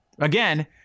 Again